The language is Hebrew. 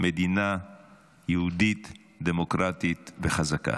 מדינה יהודית דמוקרטית וחזקה.